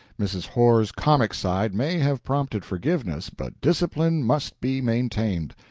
mrs. horr's comic side may have prompted forgiveness but discipline must be maintained.